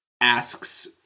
asks